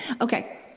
Okay